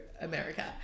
America